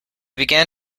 began